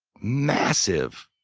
massive